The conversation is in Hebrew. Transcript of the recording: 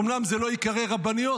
אומנם הן לא ייקראו רבניות,